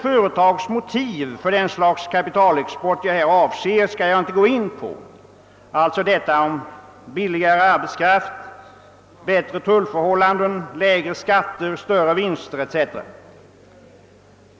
Företagens motiv för det slags kapitalexport, som jag avser, skall jag inte gå in på, alltså billigare arbetskraft, bättre tullförhållanden, lägre skatter, större vinster etc.